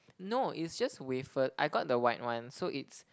no is just wafer I got the white ones so it's